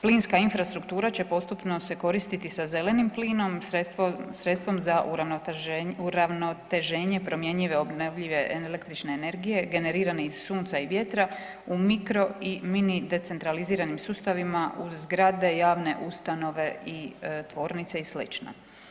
Plinska infrastruktura će postupno se koristiti sa zelenim plinom, sredstvom za uravnoteženje promjenjive obnovljive električne energije generirane iz sunca i vjetra u mikro i mini decentraliziranim sustavima u zgrade, javne ustanove i tvornice i slično.